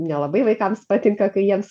nelabai vaikams patinka kai jiems